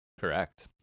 Correct